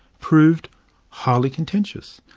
proved highly contentious.